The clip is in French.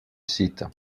site